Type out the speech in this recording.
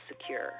secure